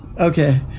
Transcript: Okay